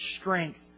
strength